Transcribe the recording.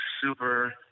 super